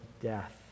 death